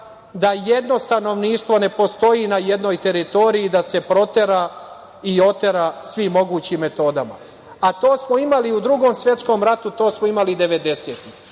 da jedno stanovništvo ne postoji na jednoj teritoriji i da se protera i otera svim mogućim metodama. To smo imali u Drugom svetskom ratu i to smo imali i 90-ih.